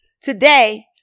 Today